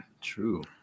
True